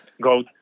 go